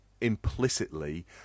implicitly